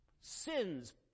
Sins